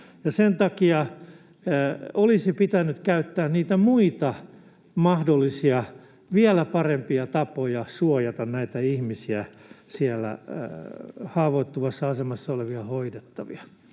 sen takia olisi pitänyt käyttää niitä muita mahdollisia, vielä parempia tapoja suojata näitä ihmisiä, siellä haavoittuvassa asemassa olevia hoidettavia,